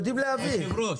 אדוני היושב-ראש,